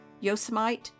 Yosemite